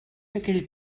aquell